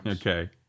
Okay